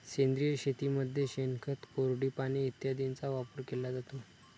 सेंद्रिय शेतीमध्ये शेणखत, कोरडी पाने इत्यादींचा वापर केला जातो